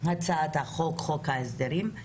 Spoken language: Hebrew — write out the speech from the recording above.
הצעת חוק ההסדרים.